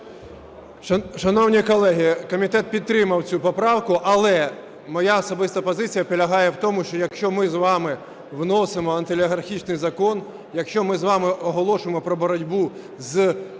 Шановні колеги, комітет підтримав цю поправку. Але моя особиста позиція полягає в тому, що якщо ми з вами вносимо антиолігархічний закон, якщо ми з вами оголошуємо про боротьбу з ухиленням